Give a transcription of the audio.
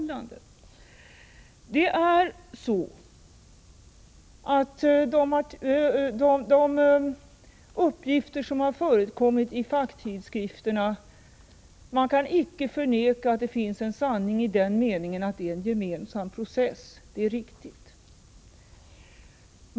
Man kan icke förneka att det finns en sanning i de uppgifter som förekommit i facktidskrifterna—i den meningen att det är fråga om en gemensam process. Detta är riktigt.